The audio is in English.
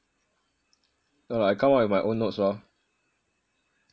no lah I come up with my own notes lor